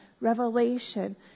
revelation